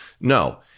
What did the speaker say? No